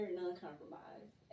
non-compromised